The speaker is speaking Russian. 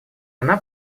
она